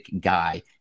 guy